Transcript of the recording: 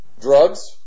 Drugs